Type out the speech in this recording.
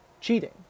cheating